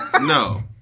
No